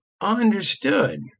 Understood